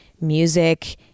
music